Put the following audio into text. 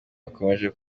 bakomeje